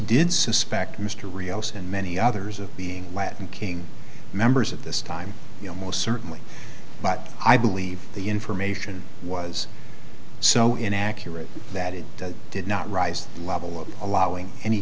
did suspect mr rios and many others of being latin king members of this time you know most certainly but i believe the information was so inaccurate that it did not rise to the level of allowing any